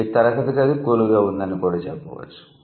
ఈ తరగతి గది 'కూల్' గా ఉంది అని కూడా చెప్పవచ్చు